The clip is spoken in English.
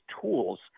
tools